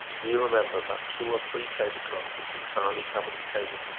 we remember but two or three table-cloths which entirely covered the table,